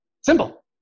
Simple